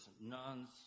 nuns